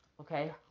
Okay